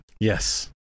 Yes